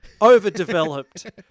overdeveloped